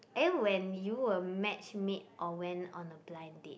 eh when you were match made or went on a blind date